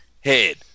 head